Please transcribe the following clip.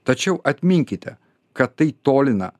tačiau atminkite kad tai tolina